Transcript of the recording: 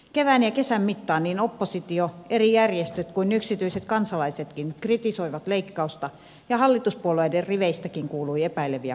kevään ja kesän mittaan niin oppositio eri järjestöt kuin yksityiset kansalaisetkin kritisoivat leikkausta ja hallituspuolueidenkin riveistä kuului epäileviä kannanottoja